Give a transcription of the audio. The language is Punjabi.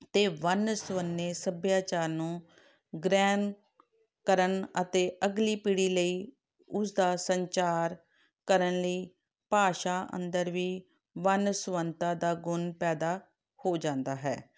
ਅਤੇ ਵੰਨ ਸੁਵੰਨੇ ਸੱਭਿਆਚਾਰ ਨੂੰ ਗ੍ਰਹਿਣ ਕਰਨ ਅਤੇ ਅਗਲੀ ਪੀੜ੍ਹੀ ਲਈ ਉਸਦਾ ਸੰਚਾਰ ਕਰਨ ਲਈ ਭਾਸ਼ਾ ਅੰਦਰ ਵੀ ਵੰਨ ਸੁਵੰਨਤਾ ਦਾ ਗੁਣ ਪੈਦਾ ਹੋ ਜਾਂਦਾ ਹੈ